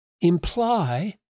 imply